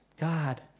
God